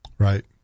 Right